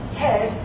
head